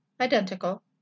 Identical